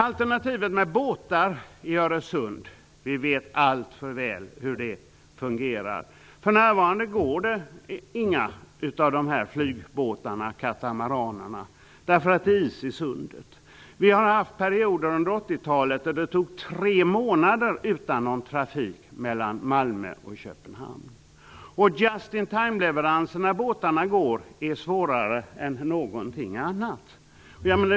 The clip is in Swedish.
Vi vet alltför väl hur alternativet med båtar i Öresund fungerar. För närvarande går inga av flygbåtarna, katamaranerna, eftersom det är is i sundet. Vi har haft perioder under 80-talet med tre månader utan någon trafik mellan Malmö och Köpenhamn. Just in time-leveranser är svårare än någonting annat när båtarna går.